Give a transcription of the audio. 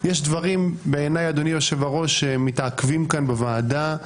היושב-ראש, שמתעכבים כאן בוועדה,